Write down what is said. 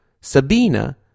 Sabina